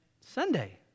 Sunday